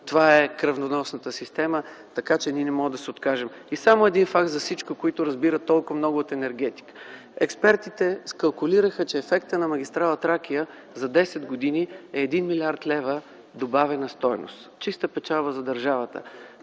Това е кръвоносната система! Така че не можем да се откажем. И само един факт за тези, които разбират толкова много от енергетика. Експертите калкулираха, че ефектът на магистрала „Тракия” за 10 години е 1 милиард лева добавена стойност – чиста печалба за държавата.